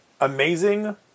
amazing